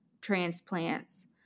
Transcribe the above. transplants